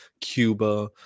Cuba